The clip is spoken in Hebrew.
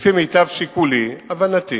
לפי מיטב שיקולי, הבנתי,